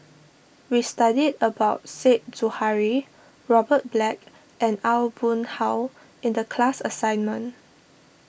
we studied about Said Zahari Robert Black and Aw Boon Haw in the class assignment